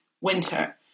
winter